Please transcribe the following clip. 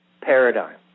paradigm